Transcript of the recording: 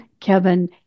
Kevin